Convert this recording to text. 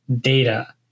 data